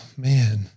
Man